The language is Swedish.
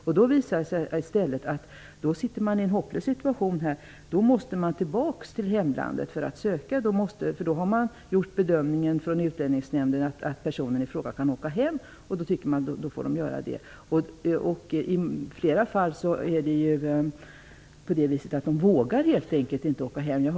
I stället visar det sig att man sitter i en hopplös situation. Man måste tillbaka till hemlandet för att söka. Utlänningsnämnden har gjort bedömningen att personen i fråga kan åka hem och då får han eller hon göra det. I flera fall är det på det viset att de här människorna helt enkelt inte vågar åka hem.